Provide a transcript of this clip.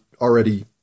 already